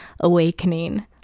awakening